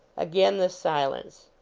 again the silence.